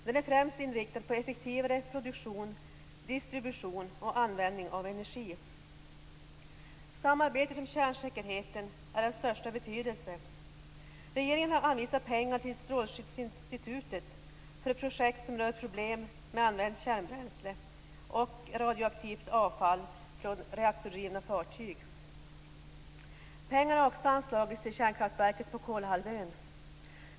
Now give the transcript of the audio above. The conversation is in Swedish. Den är främst inriktad på effektivare produktion, distribution och användning av energi. Samarbetet om kärnsäkerheten är av största betydelse. Regeringen har anvisat pengar till Statens strålskyddsinstitut för projekt som rör problem med använt kärnbränsle och radioaktivt avfall från reaktordrivna fartyg. Pengar har också anslagits till kärnkraftverket på Kolahalvön.